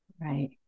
right